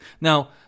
Now